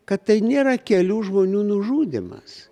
kad tai nėra kelių žmonių nužudymas